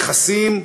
מכסים,